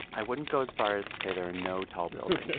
i wouldn't go as far as to say there are no tall buildings.